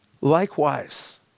Likewise